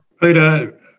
Peter